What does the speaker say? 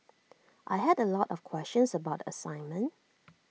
I had A lot of questions about the assignment